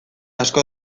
asko